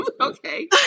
okay